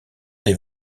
des